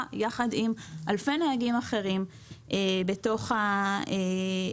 ביחד עם אלפי נהגים אחרים בתוך הפקקים.